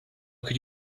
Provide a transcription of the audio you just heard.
could